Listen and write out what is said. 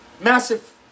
Massive